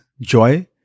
joy